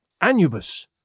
Anubis